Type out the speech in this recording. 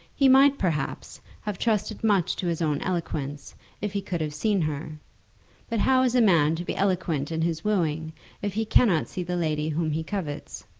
he might, perhaps, have trusted much to his own eloquence if he could have seen her but how is a man to be eloquent in his wooing if he cannot see the lady whom he covets?